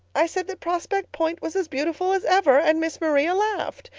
i said that prospect point was as beautiful as ever and miss maria laughed.